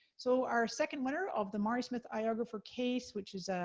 so, our second winner of the mari smith iographer case, which is a,